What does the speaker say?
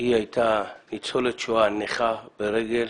היא הייתה ניצולת שואה, נכה ברגל,